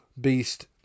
beast